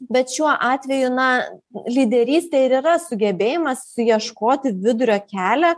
bet šiuo atveju na lyderystė ir yra sugebėjimas suieškoti vidurio kelią